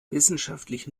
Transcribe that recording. wissenschaftlich